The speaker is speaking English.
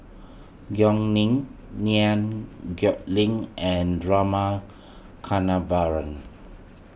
Gao Ning Liew Geok Leong and Rama Kannabiran